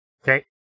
Okay